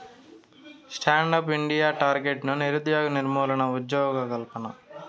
stand up India target నిరుద్యోగ నిర్మూలన, ఉజ్జోగకల్పన